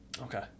Okay